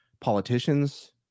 politicians